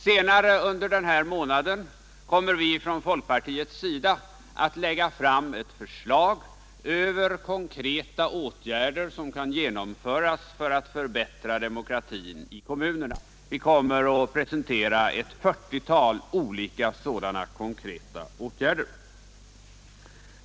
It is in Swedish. Senare under den här månaden kommer vi från folkpartiets sida att lägga fram ett förslag till konkreta åtgärder som kan genomföras för att förbättra demokratin i kommunerna. Vi kommer att presentera ett 40-tal olika sådana konkreta åtgärder.